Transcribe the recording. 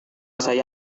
saya